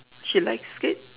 she likes it